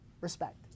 respect